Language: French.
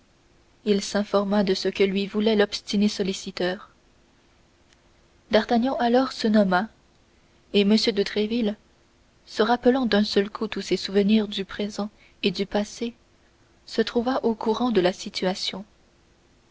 il s'informa de ce que lui voulait l'obstiné solliciteur d'artagnan alors se nomma et m de tréville se rappelant d'un seul coup tous ses souvenirs du présent et du passé se trouva au courant de sa situation